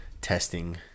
testing